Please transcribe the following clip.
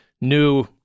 new